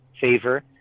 favor